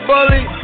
Bully